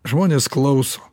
žmonės klauso